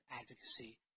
advocacy